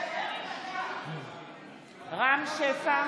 נגד רם שפע,